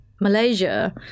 Malaysia